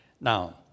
Now